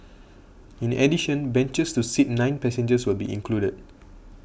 in addition benches to seat nine passengers will be included